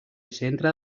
centre